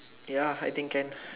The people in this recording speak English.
ya I think can